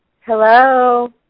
Hello